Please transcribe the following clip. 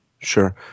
Sure